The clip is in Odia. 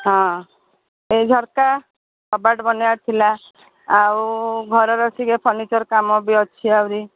ହଁ ଏଇ ଝରକା କବାଟ ବନେଇବାର ଥିଲା ଆଉ ଘରର ଟିକେ ଫର୍ନିଚର୍ କାମ ବି ଅଛି ଆହୁରି